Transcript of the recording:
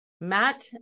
Matt